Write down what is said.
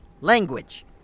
language